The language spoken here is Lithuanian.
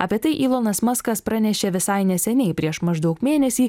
apie tai ylonas maskas pranešė visai neseniai prieš maždaug mėnesį